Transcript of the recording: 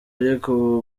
ariko